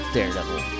Daredevil